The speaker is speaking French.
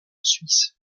suisse